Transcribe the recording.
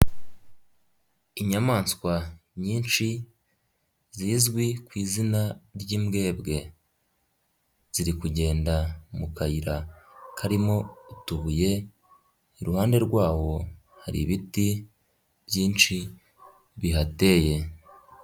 Inyamaswa nyinshi zizwi ku izina ry'imbwebwe ziri kugenda mu kayira karimo utubuye, iruhande rwawo hari ibiti byinshi bihateye.